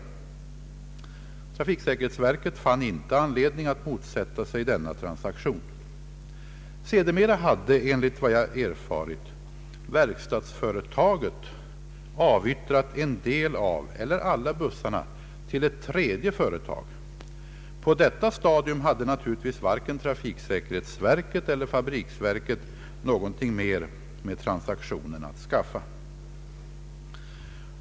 Trafiksäkerhetsverket fann inte anledning att motsätta sig denna transaktion. Sedermera hade — enligt vad jag erfarit — verkstadsföretaget avyttrat en del av eller alla bussarna till ett tredje företag. På detta stadium hade naturligtvis varken trafiksäkerhetsverket eller fabriksverket någonting mer med transaktionen att skaffa.